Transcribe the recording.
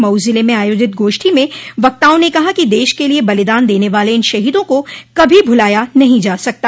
मऊ जिले में आयोजित गोष्ठी में वक्ताओं ने कहा कि देश के लिए बलिदान देने वाले इन शहीदों को कभी भुलाया नहीं जा सकता